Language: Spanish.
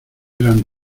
eran